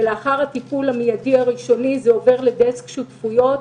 ולאחר הטיפול המידי הראשוני זה עובר לדסק שותפויות,